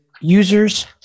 users